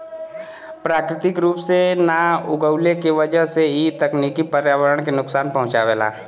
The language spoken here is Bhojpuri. प्राकृतिक रूप से ना उगवले के वजह से इ तकनीकी पर्यावरण के नुकसान पहुँचावेला